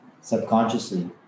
subconsciously